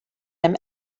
him